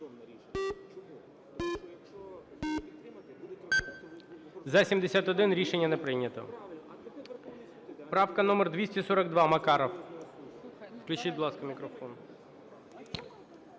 За-72 Рішення не прийнято. Правка номер 256, Князевич. Включіть, будь ласка, мікрофон.